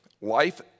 life